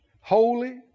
holy